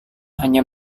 hanya